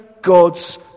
God's